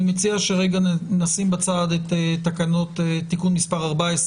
אני מציע שנשים בצד את תיקון מספר 14,